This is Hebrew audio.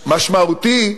משמעותי,